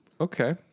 Okay